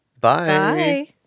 Bye